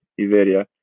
Iveria